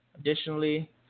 Additionally